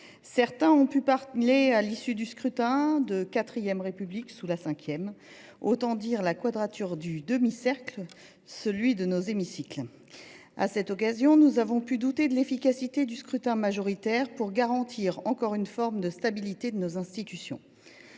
Certains ont pu parler, à l’issue du scrutin, de « IVRépublique sous la VRépublique », autant dire la quadrature du demi cercle de nos hémicycles ! À cette occasion, nous avons pu douter de l’efficacité du scrutin majoritaire pour garantir, encore, une forme de stabilité de nos institutions.